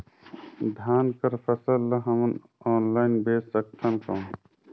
धान कर फसल ल हमन ऑनलाइन बेच सकथन कौन?